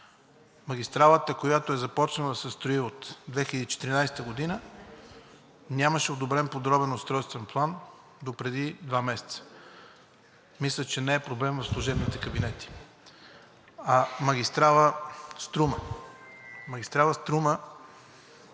Магистралата, която е започнала да се строи от 2014 г., нямаше одобрен подробен устройствен план допреди два месеца. Мисля, че проблемът не е в служебните кабинети. Магистрала „Струма“.